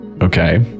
Okay